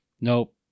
nope